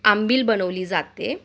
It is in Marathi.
अंबील बनवली जाते